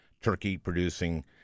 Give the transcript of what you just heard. turkey-producing